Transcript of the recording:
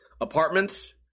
apartments